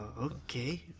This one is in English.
Okay